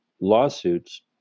lawsuits